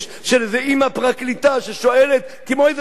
של איזה אמא פרקליטה ששואלת כמו איזו סבתא